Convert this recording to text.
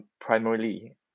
primarily